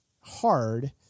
hard